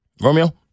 Romeo